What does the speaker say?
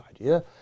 idea